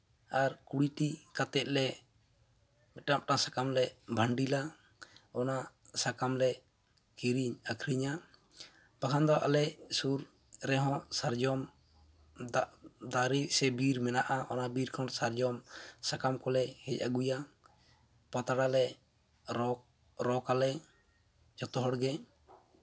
ᱟᱨ ᱠᱩᱲᱤᱴᱤ ᱠᱟᱛᱮᱜᱞᱮ ᱢᱤᱫᱴᱟᱱ ᱢᱤᱫᱴᱟᱱ ᱥᱟᱠᱟᱢᱞᱮ ᱵᱟᱱᱰᱤᱞᱟ ᱚᱱᱟ ᱥᱟᱠᱟᱢᱞᱮ ᱠᱤᱨᱤᱧ ᱟᱹᱠᱷᱨᱤᱧᱟ ᱵᱟᱠᱷᱟᱱ ᱫᱚ ᱟᱞᱮ ᱥᱩᱨ ᱨᱮᱦᱚᱸ ᱥᱟᱨᱡᱚᱢ ᱫᱟᱨᱮ ᱥᱮ ᱵᱤᱨ ᱢᱮᱱᱟᱜᱼᱟ ᱚᱱᱟ ᱵᱤᱨ ᱠᱷᱚᱱ ᱥᱟᱨᱡᱚᱢ ᱥᱟᱠᱟᱢ ᱠᱚᱞᱮ ᱦᱮᱡ ᱟᱹᱜᱩᱭᱟ ᱯᱟᱛᱲᱟᱞᱮ ᱨᱚᱜ ᱨᱚᱜᱟᱞᱮ ᱡᱚᱛᱚ ᱦᱚᱲᱜᱮ